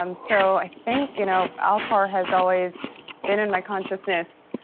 um so i think you know alcor has always been in my consciousness,